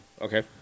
Okay